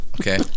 okay